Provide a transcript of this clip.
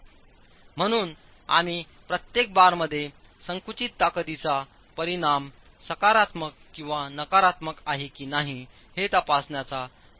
म्हणून आम्हीप्रत्येक बारमध्ये संकुचित ताकदीचा परिणाम सकारात्मक किंवा नकारात्मक आहे की नाही हेतपासण्याचा प्रयत्न करीत आहोत